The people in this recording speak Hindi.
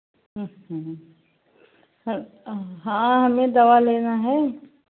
अच्छा ह हाँ हमें दवा लेना है